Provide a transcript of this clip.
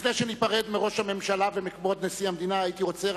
לפני שניפרד מראש הממשלה ומכבוד נשיא המדינה הייתי רוצה,